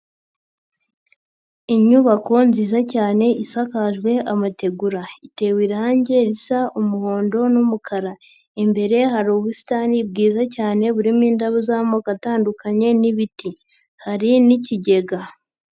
Inyubako nziza cyane isakajwe amategura, itewe irange risa umuhondo n'umukara, imbere hari ubusitani bwiza cyane burimo indabo z'amoko atandukanye n'ibiti, hari n'ikigega.